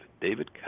David